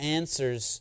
answers